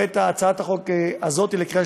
אני מציג את הצעת החוק הזאת לקריאה